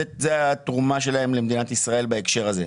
זו התרומה שלהם למדינת ישראל בהקשר הזה.